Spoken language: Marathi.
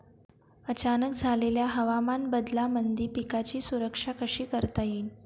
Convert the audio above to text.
अचानक झालेल्या हवामान बदलामंदी पिकाची सुरक्षा कशी करता येईन?